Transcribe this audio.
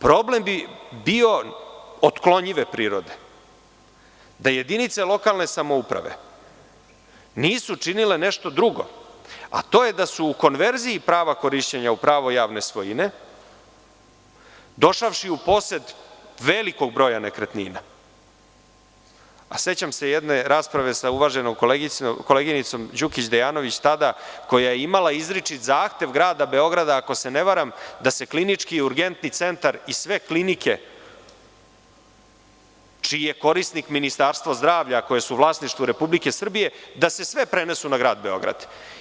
Problem bi bio otklonjive prirode da jedinice lokalne samouprave nisu činile nešto drugo, a to je da su u konverziji prava korišćenja u pravo javne svojine došavši u posed velikog broja nekretnina, a sećam se jedne rasprave sa uvaženom koleginicom Đukić-Dejanović tada, koja je imala izričit zahtev Grada Beograda, ako se ne varam, da se Klinički i Urgentni centar i sve klinike čiji je korisnik Ministarstvo zdravlja koje su vlasništvo Republike Srbije, da se sve prenesu na Grad Beograd.